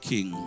King